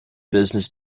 business